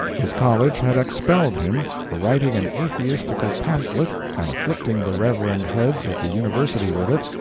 his college had expelled him for writing an atheistical pamphlet and afflicting the reverend heads of the university with it,